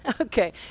Okay